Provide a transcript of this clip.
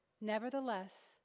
Nevertheless